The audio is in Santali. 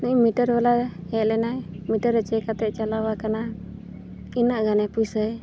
ᱱᱩᱭ ᱢᱤᱴᱟᱨ ᱵᱟᱞᱟ ᱦᱮᱡ ᱞᱮᱱᱟᱭ ᱢᱤᱴᱟᱨ ᱨᱮ ᱪᱮᱠ ᱠᱟᱛᱮᱭ ᱪᱟᱞᱟᱣ ᱟᱠᱟᱱᱟ ᱛᱤᱱᱟᱹᱜ ᱜᱟᱱᱮ ᱯᱚᱭᱥᱟ